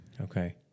Okay